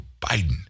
Biden